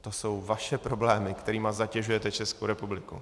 To jsou vaše problémy, kterými zatěžujete Českou republiku.